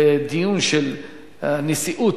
בנשיאות,